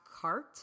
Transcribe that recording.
cart